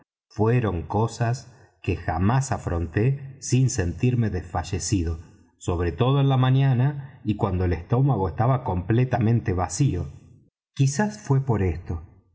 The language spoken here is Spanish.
fueron cosas que jamás afronté sin sentirme desfallecido sobre todo en la mañana y cuando el estómago estaba completamente vacío quizás fué por esto